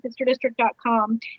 sisterdistrict.com